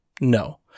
No